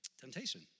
Temptation